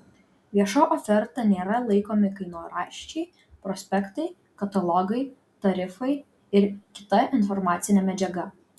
vieša oferta nėra laikomi kainoraščiai prospektai katalogai tarifai ir kita informacinė medžiaga